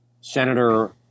senator